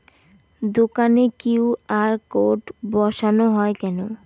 দোকানে QR code বসানো হয় কেন?